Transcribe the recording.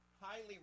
Highly